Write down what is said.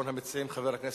6684,